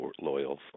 loyal